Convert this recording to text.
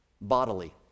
bodily